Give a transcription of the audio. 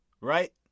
right